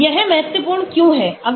यह महत्वपूर्ण क्यों है